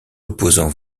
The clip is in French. opposant